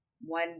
one